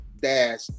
dash